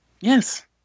Yes